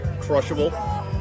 crushable